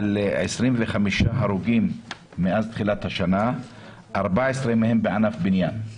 על 25 הרוגים מאז תחילת השנה, 14 מהם בענף הבנייה.